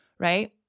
right